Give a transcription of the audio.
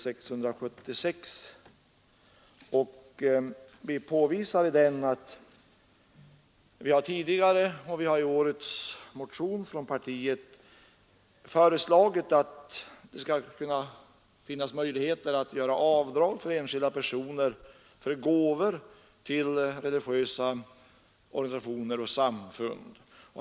Vi påvisar i den att vi tidigare och i år har föreslagit att det skall finnas möjligheter för enskilda personer att göra avdrag för gåvor till religiösa organisationer och samfund.